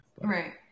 Right